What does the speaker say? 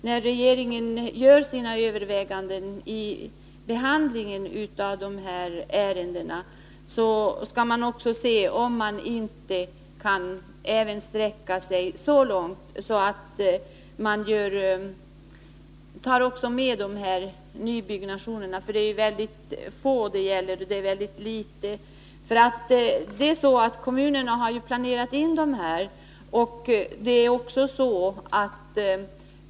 När regeringen gör sina överväganden vid behandlingen av de här ärendena tycker jag att man skall se om man kan sträcka sig så långt att man också tar med dessa nybyggnationer. Det gäller ju inte så många. Kommunerna har nämligen räknat med detta i sin planering.